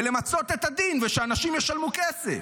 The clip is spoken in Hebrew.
ולמצות את הדין ושאנשים ישלמו כסף,